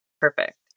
perfect